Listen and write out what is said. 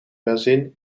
bazin